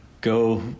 go